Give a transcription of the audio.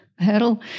That'll